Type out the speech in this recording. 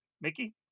Mickey